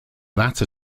latter